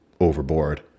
overboard